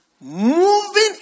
moving